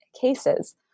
cases